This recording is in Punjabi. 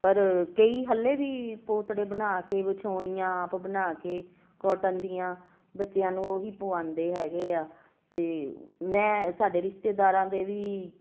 ਪਰ ਕਈ ਹਾਲੇ ਵੀ ਪੋਤੜੇ ਬਣਾ ਕੇ ਵਿਛਾਉਣੀਆਂ ਆਪ ਬਣਾ ਕੇ ਕੋਟਨ ਦੀਆਂ ਬੱਚਿਆਂ ਨੂੰ ਉਹ ਹੀ ਪਵਾਉਂਦੇ ਹੈਗੇ ਆ ਅਤੇ ਮੈਂ ਸਾਡੇ ਰਿਸ਼ਤੇਦਾਰਾਂ ਦੇ ਵੀ